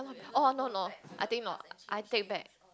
oh no no I think not I paid back